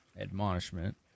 admonishment